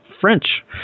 french